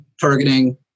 targeting